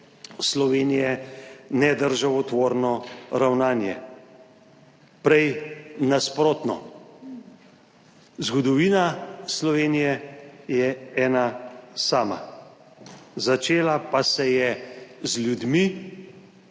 Slovenije nedržavotvorno ravnanje. Prej nasprotno. Zgodovina Slovenije je ena sama, začela pa se je z ljudmi,